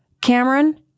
Cameron